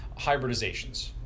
hybridizations